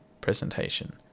presentation